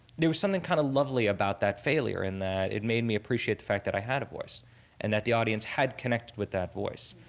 there was something kind of lovely about that failure. and it made me appreciate the fact that i had a voice and that the audience had connected with that voice.